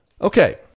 Okay